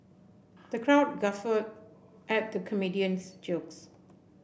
the crowd guffawed at the comedian's jokes